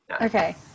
Okay